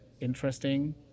interesting